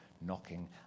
knocking